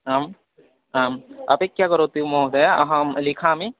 आम् आम् अपेक्षया करोति महोदय अहं लिखामि